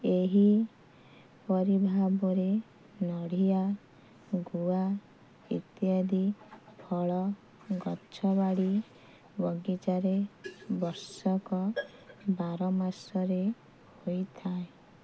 ଏହି ପରି ଭାବରେ ନଡ଼ିଆ ଗୁଆ ଇତ୍ୟାଦି ଫଳ ଗଛ ବାଡ଼ି ବଗିଚାରେ ବର୍ଷକ ବାରମାସରେ ହୋଇଥାଏ